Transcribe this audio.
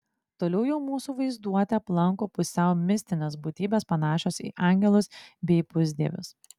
toliau jau mūsų vaizduotę aplanko pusiau mistinės būtybės panašios į angelus bei pusdievius